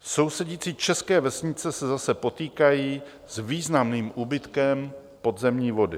Sousedící české vesnice se zase potýkají s významným úbytkem podzemní vody.